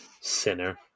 Sinner